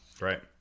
Right